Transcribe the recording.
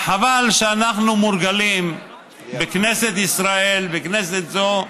חבל שאנחנו מורגלים בכנסת ישראל, בכנסת זו,